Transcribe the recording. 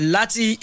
Lati